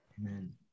amen